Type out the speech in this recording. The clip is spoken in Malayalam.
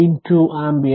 2 ആമ്പിയർ